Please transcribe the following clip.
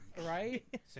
Right